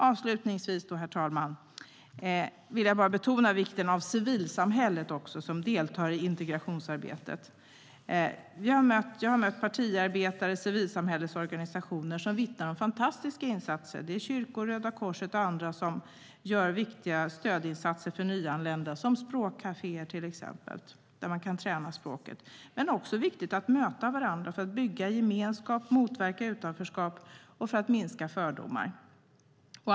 Avslutningsvis, herr talman, vill jag betona vikten av civilsamhället som en deltagare i integrationsarbetet. Jag har mött partiarbetare och representanter för civilsamhällesorganisationer som vittnar om fantastiska insatser. Det är kyrkor, Röda Korset och andra som gör viktiga stödinsatser för nyanlända, till exempel håller språkkaféer där man kan träna språket. Men det är också viktigt att möta varandra för att bygga gemenskap, motverka utanförskap och minska fördomar.